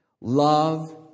love